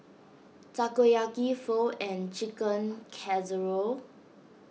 Takoyaki Pho and Chicken Casserole